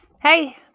Hey